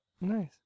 nice